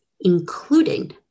including